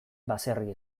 baserri